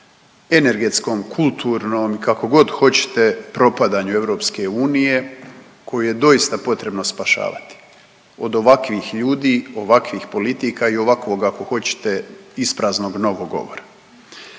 energetskom, kulturnom i kako god hoćete, propadanju Europske unije koju je doista potrebno spašavati od ovakvih ljudi, ovakvih politika i ovakvog ako hoćete ispraznog novog govora.